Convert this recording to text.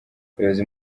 abayobozi